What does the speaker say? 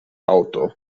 haŭto